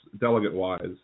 delegate-wise